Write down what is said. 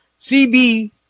CB